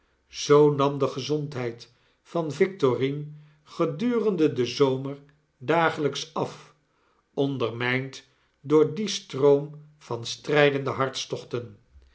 zoo nam de gezondheid van victorine gedurende den zomer dagelijks af ondermijnddoor dien stroom van strijdende hartstochten